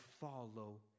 follow